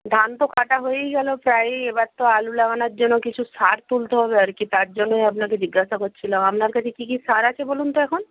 ধান তো কাটা হয়েই গেল প্রায় এবার তো আলু লাগানোর জন্য কিছু সার তুলতে হবে আর কি তার জন্যই আপনাকে জিজ্ঞাসা করছিলাম আপনার কাছে কী কী সার আছে বলুন তো এখন